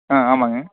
ஆ ஆமாங்க